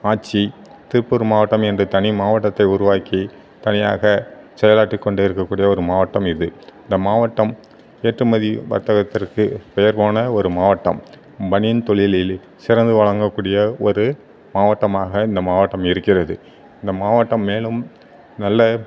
ஆட்சி திருப்பூர் மாவட்டம் என்று தனி மாவட்டத்தை உருவாக்கி தனியாக செயலாற்றி கொண்டிருக்க கூடிய ஒரு மாவட்டம் இது இந்த மாவட்டம் ஏற்றுமதி வர்த்தகத்திற்க்கு பேர் போன ஒரு மாவட்டம் பனியன் தொழிலிலே சிறந்து விளங்கக்கூடிய ஒரு மாவட்டமாக இந்த மாவட்டம் இருக்கிறது இந்த மாவட்டம் மேலும் நல்ல